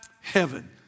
heaven